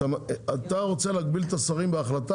אתה רוצה להגביל את השרים בהחלטה?